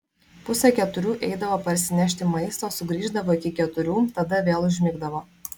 pusę keturių eidavo parsinešti maisto sugrįždavo iki keturių tada vėl užmigdavo